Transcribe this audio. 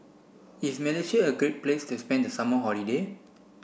is Malaysia a great place to spend the summer holiday